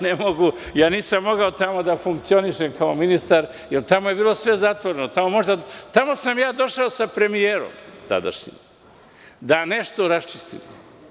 Nisam mogao tamo da funkcionišem kao ministar, jer tamo je bilo sve zatvoreno, tamo sam ja došao sa premijerom tadašnjim, da nešto raščistimo.